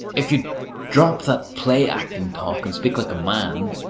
if you'd drop that play-acting talk and speak like a man,